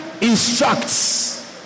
instructs